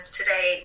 today